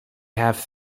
have